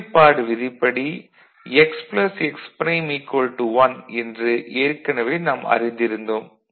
நிறைவுப்பாடு விதிப்படி x x prime 1 என்று ஏற்கனவே நாம் அறிந்திருந்தோம்